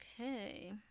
Okay